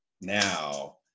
now